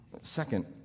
Second